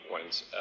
points